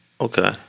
Okay